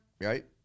Right